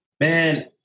Man